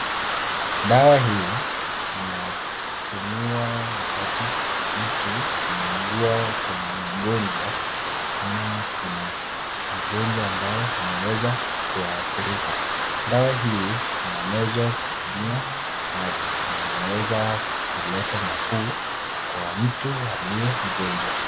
Dawa hii inatumiwa wakati mtu anaugua kwa magonjwa ama kuna magonjwa ambao ameweza kuathirika. Dawa hii inamezwa kutumia maji na inaweza kuleta nafuu kwa mtu aliye mgonjwa.